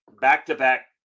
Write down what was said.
back-to-back